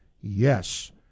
Yes